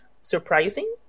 surprising